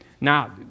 Now